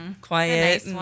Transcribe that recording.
quiet